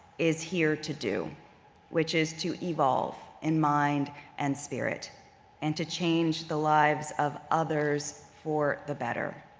is here to do which is to evolve in mind and spirit and to change the lives of others for the better.